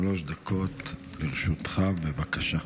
שלוש דקות עומדות לרשותך, בבקשה.